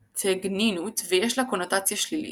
איצטגנינות ויש לה קונוטציה שלילית.